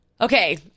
Okay